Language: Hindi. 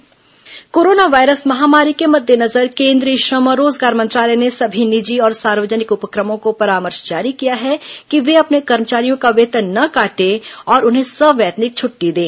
श्रम मंत्रालय कोरोना कोरोना वायरस महामारी के मद्देनजर केंद्रीय श्रम और रोजगार मंत्रालय ने सभी निजी और सार्वजनिक उपक्रमों को परामर्श जारी किया है कि वे अपने कर्मचारियों का वेतन न काटें और उन्हें सवैतनिक छड़ी दें